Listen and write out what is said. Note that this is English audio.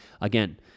Again